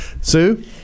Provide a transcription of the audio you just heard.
Sue